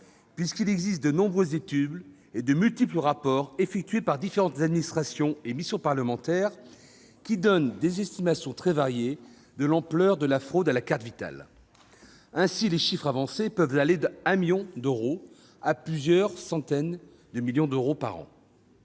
complexe : de nombreuses études, de multiples rapports établis par différentes administrations et missions parlementaires donnent des estimations très variées sur l'ampleur de la fraude à la carte Vitale. Les chiffres avancés varient de 1 million d'euros à plusieurs centaines de millions d'euros par an.